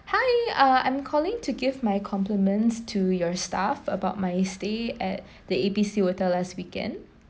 hi uh I'm calling to give my compliments to your staff about my stay at the A B C hotel last weekend